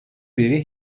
biri